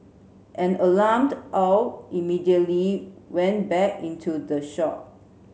an alarmed Aw immediately went back into the shop